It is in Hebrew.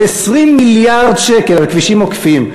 זה 20 מיליארד שקל על כבישים עוקפים.